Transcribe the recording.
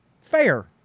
fair